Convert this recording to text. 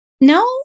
No